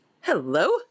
hello